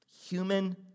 human